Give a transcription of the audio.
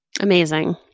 Amazing